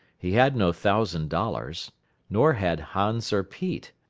he had no thousand dollars nor had hans or pete.